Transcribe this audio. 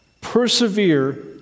Persevere